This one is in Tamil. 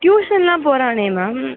டியூஷன்லாம் போகிறானே மேம்